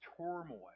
turmoil